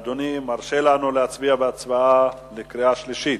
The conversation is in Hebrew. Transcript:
אדוני מרשה לנו להצביע בהצבעה לקריאה שלישית.